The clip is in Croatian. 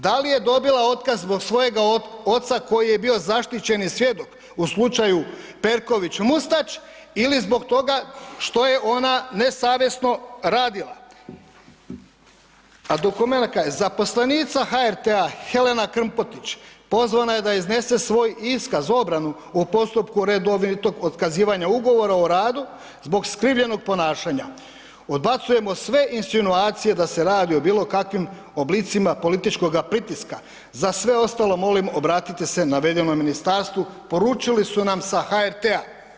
Da li je dobila otkaz zbog svojega oca koji je bio zaštićeni svjedok u slučaju Perković Mustać ili zbog toga što je ona nesavjesno radila? … [[Govornik se ne razumije]] zaposlenica HRT-a Helena Krmpotić pozvana je da iznese svoj iskaz, obranu u postupku redovitog otkazivanja Ugovora o radu zbog skrivljenog ponašanja, odbacujemo sve insinuacije da se radi o bilo kakvim oblicima političkoga pritiska, za sve ostalo molim obratiti se navedenom ministarstvu poručili su nam sa HRT-a.